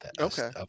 Okay